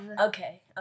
Okay